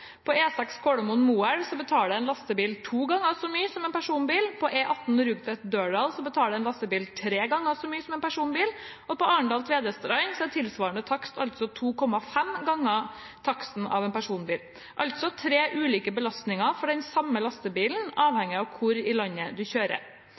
en lastebil to ganger så mye som en personbil, på E18 Rugtvedt–Dørdal betaler en lastebil tre ganger så mye som en personbil, og på strekningen Arendal–Tvedestrand er tilsvarende takst to og en halv gang taksten av en personbil – altså tre ulike belastninger for den samme lastebilen